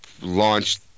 launched